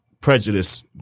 prejudice